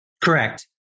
Correct